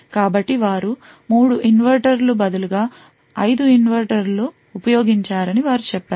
కాబట్టి వారు 3 ఇన్వెర్టర్లు బదులుగా 5 ఇన్వెర్టర్లు ఉపయోగించారని వారు చెప్పారు